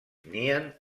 nien